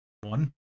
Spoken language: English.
one